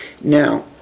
Now